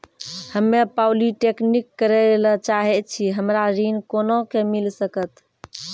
हम्मे पॉलीटेक्निक करे ला चाहे छी हमरा ऋण कोना के मिल सकत?